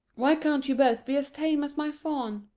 why can't you both be as tame as my fawn?